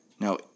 Now